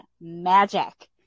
magic